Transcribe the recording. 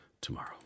tomorrow